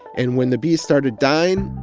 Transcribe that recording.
and when the bees started dying,